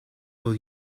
will